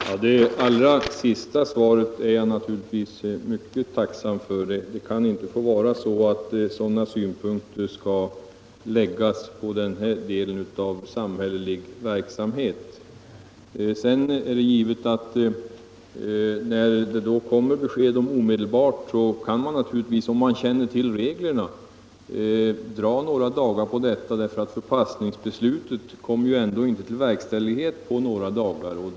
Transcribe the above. Herr talman! Det allra sista svaret är jag naturligtvis mycket tacksam för. Sådana synpunkter skall inte få läggas på denna del av den samhälleliga verksamheten. När det kommer föreläggande om omedelbar inställelse kan man tydligen, om man känner till reglerna, dröja några dagar efter förpassningsbeslutet, eftersom detta ändå inte på några dagar leder till åtgärd för verkställighet.